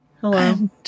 Hello